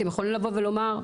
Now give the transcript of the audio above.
אתם יכולים לבוא ולומר,